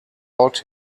out